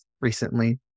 recently